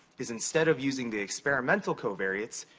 is instead of using the experimental covariates,